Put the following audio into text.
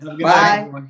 Bye